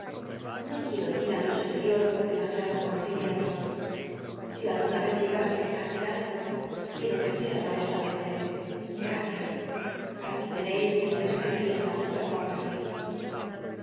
field quiero heri r mi superior por demasiados conocimientos si alguna vez llegase á ser algo quiero que sea modeslamcn lc gmcias aquí lcneis mi modesta vivienda